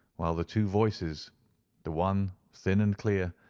while the two voices the one thin and clear,